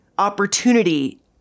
opportunity